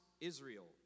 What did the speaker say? Israel